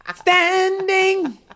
standing